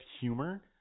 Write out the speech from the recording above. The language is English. humor